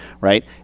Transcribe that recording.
Right